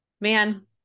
Man